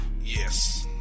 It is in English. yes